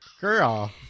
Girl